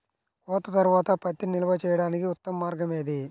కోత తర్వాత పత్తిని నిల్వ చేయడానికి ఉత్తమ మార్గం ఏది?